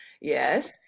Yes